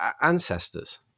ancestors